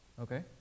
Okay